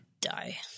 Die